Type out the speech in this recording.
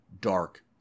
dark